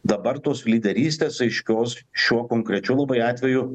dabar tos lyderystės aiškios šiuo konkrečiu labai atveju